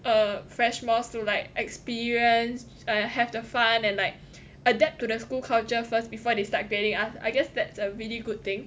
err freshmores to like experience err have the fun and like adapt to the school culture first before they start getting us I guess that's a really good thing